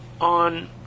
on